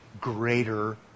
greater